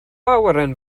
awyren